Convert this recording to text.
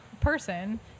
person